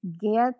get